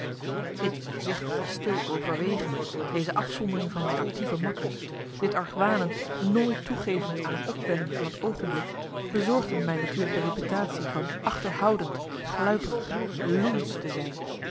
dit voorzichtige stil overwegen deze afzondering van mijn actieve makkers dit argwanend nooit toegeven aan een opwelling van het oogenblik bezorgden mij natuurlijk de reputatie van achterhoudend gluiperig loensch te zijn